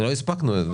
לא הספקנו.